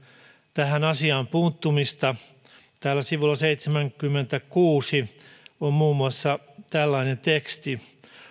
tähän asiaan puuttumista täällä sivulla seitsemänkymmentäkuusi on muun muassa tällainen teksti